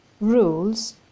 rules